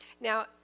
now